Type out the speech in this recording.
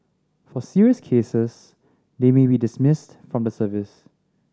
for serious cases they may be dismissed from the service